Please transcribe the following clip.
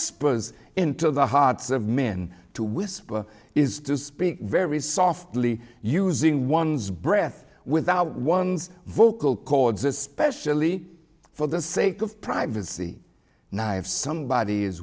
whispers into the hearts of men to whisper is to speak very softly using one's breath without one's vocal cords especially for the sake of privacy knives somebody